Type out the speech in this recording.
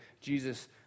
Jesus